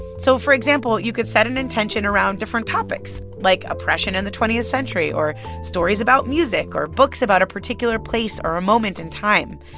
so, for example, you could set an intention around different topics, like oppression in the twentieth century or stories about music or books about a particular place or a moment in time.